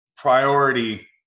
priority